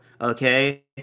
Okay